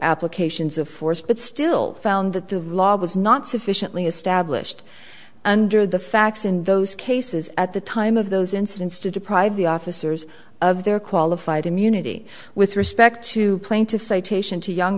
applications of force but still found that the law was not sufficiently established under the facts in those cases at the time of those incidents to deprive the officers of their qualified immunity with respect to plaintiff's citation to young